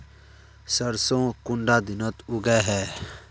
सरसों कुंडा दिनोत उगैहे?